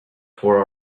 tore